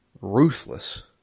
ruthless